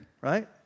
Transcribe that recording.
right